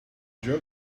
jerk